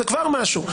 זה כבר משהו.